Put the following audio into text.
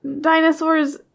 Dinosaurs